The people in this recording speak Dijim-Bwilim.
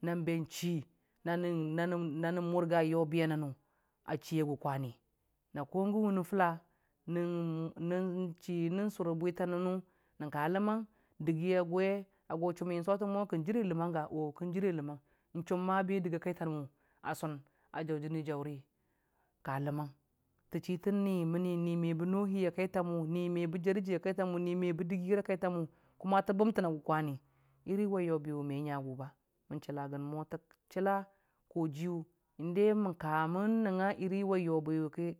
Nan ba chi nanan, nanan nanam monga yobiya naner chiya gu kwani na ko wuna fula nan, nan chi nan sur bwita nan man ka lamang dagi agwan chummi sotan mo kan kare lamang ga nchum ko dagi a kaitamu a sun na ur jani jauri ka lamang man ka ta chi tan ni mani ni mate no hiya kaitawu ni meba jar e jani hauri a kaitamu ta bamtana gu kwani yobi hi me ngagu nan chalan mo ta chala man kanan nangnga.